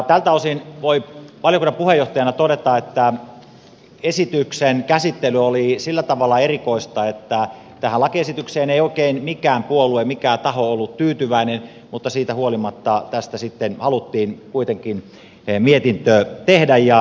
tältä osin voin valiokunnan puheenjohtajana todeta että esityksen käsittely oli sillä tavalla erikoista että tähän lakiesitykseen ei oikein mikään puolue mikään taho ollut tyytyväinen mutta siitä huolimatta tästä sitten haluttiin kuitenkin mietintö tehdä ja ehdotus tehdä